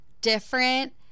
different